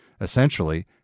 essentially